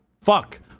fuck